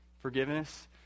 Forgiveness